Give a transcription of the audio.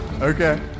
Okay